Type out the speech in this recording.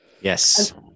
Yes